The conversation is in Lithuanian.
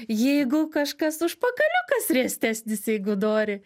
jeigu kažkas užpakaliukas riestesnis jeigu dori